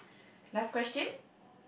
last question